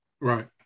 right